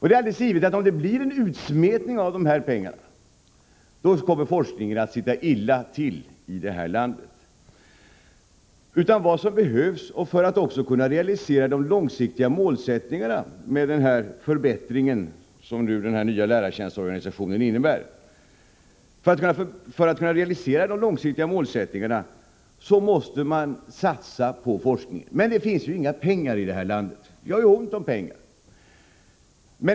Det är givet att om det blir en ”utsmetning” av de här pengarna, då kommer forskningen i det här landet att ligga illa till. Vad som behövs för att kunna realisera också de långsiktiga målsättningarna i samband med den förbättring som den nya lärartjänstorganisationen innebär är att man satsar på forskningen. Men det finns ju inga pengar i det här landet. Det är ont om pengar.